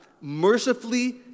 mercifully